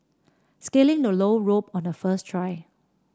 scaling the low rope on the first try